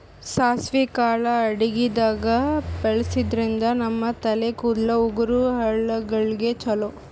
ಸಾಸ್ವಿ ಕಾಳ್ ಅಡಗಿದಾಗ್ ಬಳಸಾದ್ರಿನ್ದ ನಮ್ ತಲೆ ಕೂದಲ, ಉಗುರ್, ಹಲ್ಲಗಳಿಗ್ ಛಲೋ